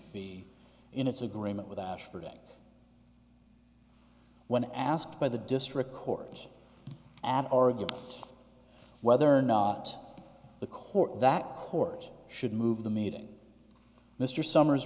be in its agreement with ashford when asked by the district court and argued whether or not the court that court should move the meeting mr summers